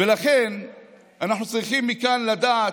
ולכן אנחנו צריכים מכאן לדעת,